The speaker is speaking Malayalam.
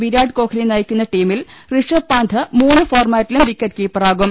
വിരാട് കോഹ്ലി നയിക്കുന്ന ടീമിൽ റിഷബ് പാസ്ഥ് മൂന്ന് ഫോർമാ റ്റിലും വിക്കറ്റ് കീപ്പറാകും